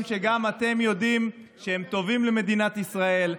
שגם אתם יודעים שהם טובים למדינת ישראל.